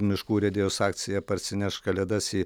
miškų urėdijos akcija parsinešk kalėdas į